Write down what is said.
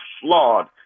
flawed